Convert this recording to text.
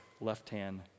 left-hand